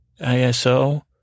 ISO